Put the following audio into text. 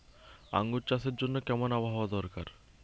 আঙ্গুর চাষের জন্য কেমন আবহাওয়া দরকার?